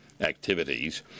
activities